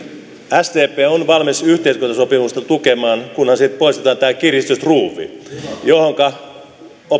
sdp on valmis yhteiskuntasopimusta tukemaan kunhan siitä poistetaan tämä kiristysruuvi johonka